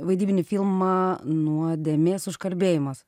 vaidybinį filmą nuodėmės užkalbėjimas